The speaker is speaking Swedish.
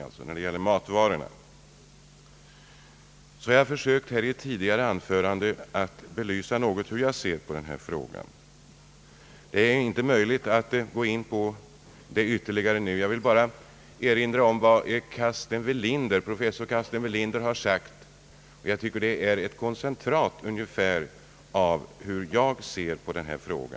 Jag har i ett tidigare anförande försökt belysa hur jag ser på denna fråga; det är inte möjligt att gå in på det ytterligare nu. Jag vill bara erinra om vad professor Carsten Welinder har sagt, jag tycker det är ett koncentrat av hur jag ser på denna fråga.